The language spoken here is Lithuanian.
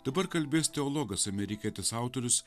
dabar kalbės teologas amerikietis autorius